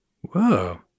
Whoa